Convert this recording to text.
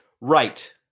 right